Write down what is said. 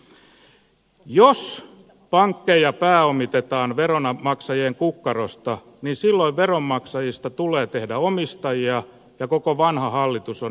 jos pankkeja pääomitetaan veronmaksajien kukkarosta silloin veronmaksajista tulee tehdä omistajia ja koko vanha hallitus on erotettava